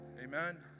Amen